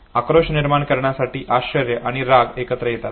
आक्रोश निर्माण करण्यासाठी आश्चर्य आणि राग एकत्र येतात